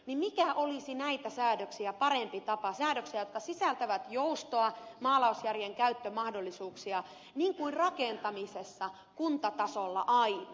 mikä olisi näitä säädöksiä parempi tapa säädöksiä jotka sisältävät joustoa maalaisjärjenkäyttömahdollisuuksia niin kuin rakentamisessa kuntatasolla aina